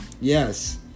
yes